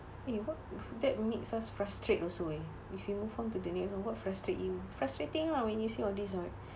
eh what that makes us frustrate also eh if you move on to the next one what frustrate you frustrating lah when you see all these right